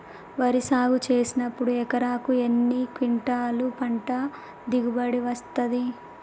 వరి సాగు చేసినప్పుడు ఎకరాకు ఎన్ని క్వింటాలు పంట దిగుబడి వస్తది?